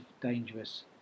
dangerous